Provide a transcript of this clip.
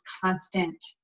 constant